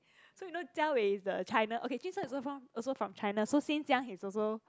so you know Jia Wei is the China okay jun sheng is also from from China so since young he's also